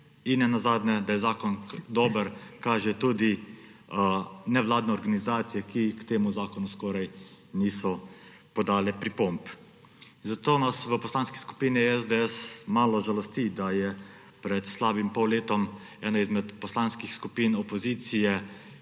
In ne nazadnje, da je zakon dober, kažejo tudi nevladne organizacije, ki k temu zakonu skoraj niso podale pripomb. Zato nas v Poslanski skupini SDS malo žalosti, da je pred slabega pol leta ena izmed poslanskih skupin opozicije